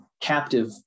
captive